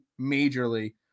majorly